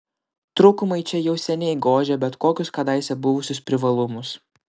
trūkumai čia jau seniai gožia bet kokius kadaise buvusius privalumus